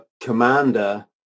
commander